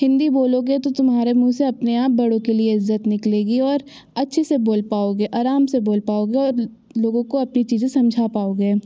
हिंदी बोलोगे तो तुम्हारे मूँह से अपने आप बड़ो के लिए इज़्ज़त निकलेगी और अच्छे से बोल पाओगे आराम से बोल पाओगे और लोगों को अपनी चीज़ें समझा पाओगे